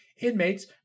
Inmates